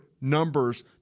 numbers